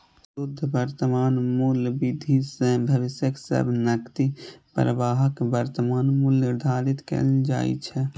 शुद्ध वर्तमान मूल्य विधि सं भविष्यक सब नकदी प्रवाहक वर्तमान मूल्य निर्धारित कैल जाइ छै